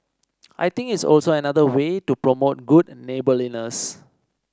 I think it's also another way to promote good neighbourliness